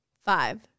Five